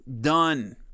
Done